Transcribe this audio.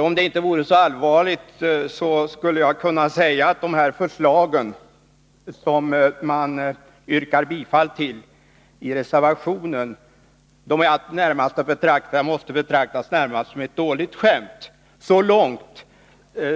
Om det inte vore så allvarligt skulle jag kunna säga, att de förslag som man yrkar bifall till i reservationen måste betraktas Nr 118 närmast som ett dåligt skämt — så långt